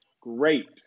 great